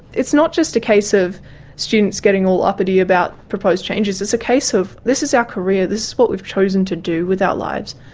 it's not just a case of students getting all uppity about proposed changes it's a case of this is our career, this is what we've chosen to do with our lives.